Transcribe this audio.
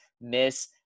miss